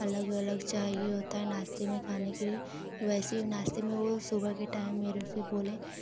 अलग अलग चाहिए होता है नास्ते में खाने के लिए वैसे ही नाश्ते में सुबह के टाइम वो मेरे से बोले